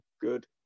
good